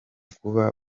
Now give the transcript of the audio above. kuba